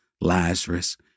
Lazarus